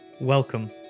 Welcome